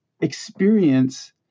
experience